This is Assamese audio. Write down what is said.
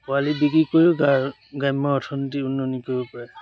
পোৱালি বিক্ৰী কৰিও গ্ৰাম্য অৰ্থনীতি উন্নয়ন কৰিব পাৰে